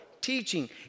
teaching